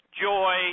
joy